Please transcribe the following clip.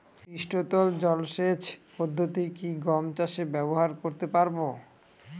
পৃষ্ঠতল জলসেচ পদ্ধতি কি গম চাষে ব্যবহার করতে পারব?